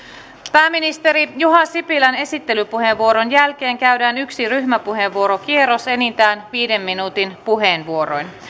pääministeri juha sipilän esittelypuheenvuoron jälkeen käydään yksi ryhmäpuheenvuorokierros enintään viiden minuutin puheenvuoroin